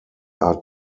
are